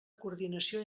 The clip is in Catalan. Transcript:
coordinació